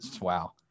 wow